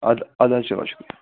اَدٕ اَدٕ حظ چلو شُکریا